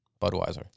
Budweiser